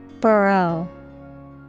Burrow